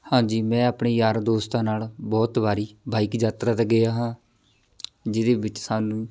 ਹਾਂਜੀ ਮੈਂ ਆਪਣੇ ਯਾਰਾਂ ਦੋਸਤਾਂ ਨਾਲ ਬਹੁਤ ਵਾਰੀ ਬਾਈਕ ਯਾਤਰਾ 'ਤੇ ਗਿਆ ਹਾਂ ਜਿਹਦੇ ਵਿੱਚ ਸਾਨੂੰ